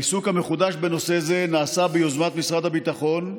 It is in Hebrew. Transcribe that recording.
העיסוק המחודש בנושא זה נעשה ביוזמת משרד הביטחון,